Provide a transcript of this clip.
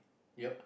yup